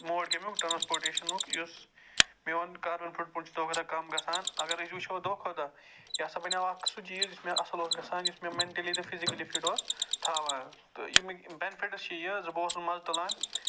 mode کَمیُک ٹرٛانَسپوٹٮ۪شَنُک یُس میٛون کرُن پُش وغیرہ کَم گژھان اَگر أسۍ وُچھو دۄہ کھۄتہٕ دۄہ یہِ ہسا بَنٮ۪و اکھ سُہ چیٖز یُس مےٚ اَصٕل اوس گژھان یُس مےٚ مٮ۪نٹٔلی تہٕ فِزیکٔلی فِٹ اوس تھاوان تہٕ ییٚمِکۍ بینفِٹٕس چھِ یہِ کہِ بہٕ اوسُس منٛزٕ تُلان